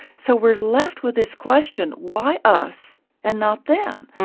so we're left with this question, why us and not them?